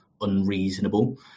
unreasonable